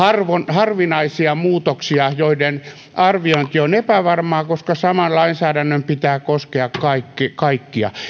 harvinaisia muutoksia joiden arviointi on epävarmaa koska saman lainsäädännön pitää koskea kaikkia